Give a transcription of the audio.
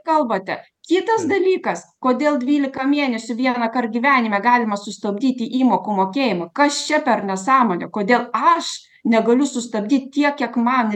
kalbate kitas dalykas kodėl dvylika mėnesių vienąkart gyvenime galima sustabdyti įmokų mokėjimą kas čia per nesąmonė kodėl aš negaliu sustabdyti tiek kiek man